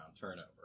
turnover